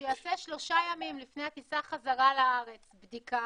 שיעשה שלושה ימים לפני הטיסה חזרה לארץ בדיקה,